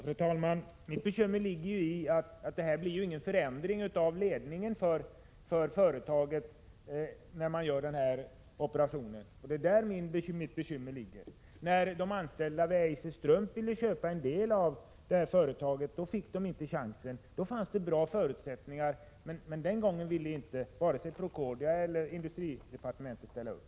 Fru talman! Mitt bekymmer ligger däri, att den här operationen inte innebär någon förändring av ledningen för företaget. När de anställda vid Eiser Strump ville köpa en del av företaget fick de inte chansen. Då fanns det bra förutsättningar, men den gången ville inte vare sig Procordia eller industridepartementet ställa upp.